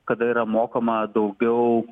kada yra mokoma daugiau